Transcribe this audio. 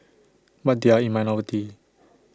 but they are in minority